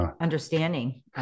understanding